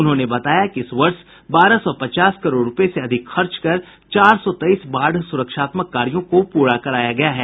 उन्होंने बताया कि इस वर्ष बारह सौ पचास करोड़ रुपये से अधिक खर्च कर चार सौ तेईस बाढ़ सुरक्षात्मक कार्यों को पूरा कराया गया है